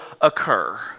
occur